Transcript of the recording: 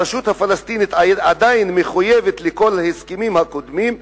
הרשות הפלסטינית עדיין מחויבת לכל ההסכמים הקודמים,